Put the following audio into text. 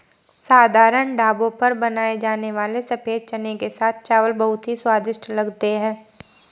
साधारण ढाबों पर बनाए जाने वाले सफेद चने के साथ चावल बहुत ही स्वादिष्ट लगते हैं